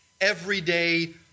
everyday